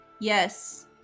Yes